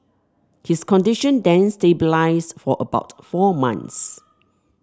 his condition then stabilised for about four months